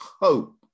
hope